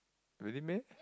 really meh